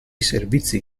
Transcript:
servizi